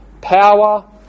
power